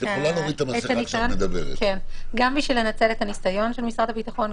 את הניסיון של משרד הביטחון,